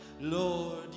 Lord